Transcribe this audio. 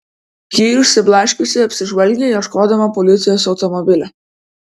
ji išsiblaškiusi apsižvalgė ieškodama policijos automobilio